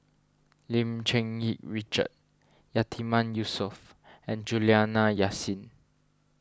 Lim Cherng Yih Richard Yatiman Yusof and Juliana Yasin